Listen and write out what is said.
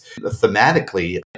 thematically